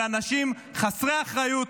של אנשים חסרי אחריות,